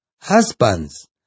Husbands